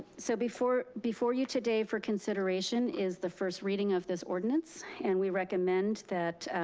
so before before you today for consideration is the first reading of this ordinance. and we recommend that